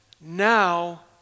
now